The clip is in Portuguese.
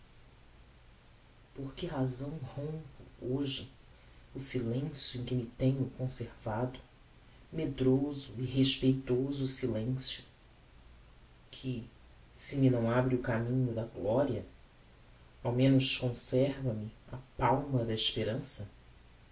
infortunios porque razão rompo hoje o silencio em que me tenho conservado medroso e respeitoso silencio que se me não abre a caminho da gloria ao menos conserva me a palma da esperança